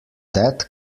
that